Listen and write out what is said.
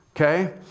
Okay